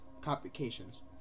complications